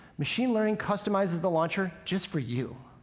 machine learning customizes the launcher just for you,